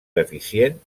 deficient